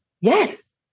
Yes